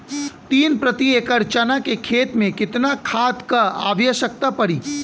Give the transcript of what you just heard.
तीन प्रति एकड़ चना के खेत मे कितना खाद क आवश्यकता पड़ी?